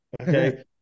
Okay